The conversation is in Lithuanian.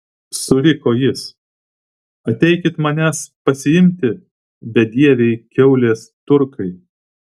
suriko jis ateikit manęs pasiimti bedieviai kiaulės turkai